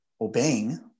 obeying